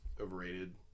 overrated